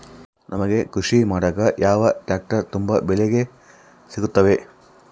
ನಮಗೆ ಕೃಷಿ ಮಾಡಾಕ ಯಾವ ಟ್ರ್ಯಾಕ್ಟರ್ ತುಂಬಾ ಕಡಿಮೆ ಬೆಲೆಗೆ ಸಿಗುತ್ತವೆ?